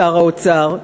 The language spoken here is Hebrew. שר האוצר,